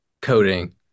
coding